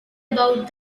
about